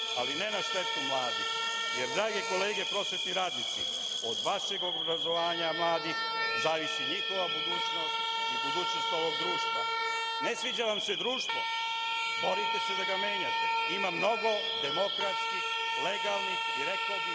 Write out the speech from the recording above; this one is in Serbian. ali ne na štetu mladih, jer drage kolege prosvetni radnici, od vašeg obrazovanja mladih zavisi njihova budućnost i budućnost ovog društva. Ne sviđa vam se društvo? Borite se da ga menjate, ima mnogo demokratskih, legalnih i rekao bih